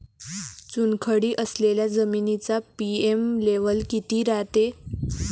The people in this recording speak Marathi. चुनखडी असलेल्या जमिनीचा पी.एच लेव्हल किती रायते?